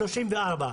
34,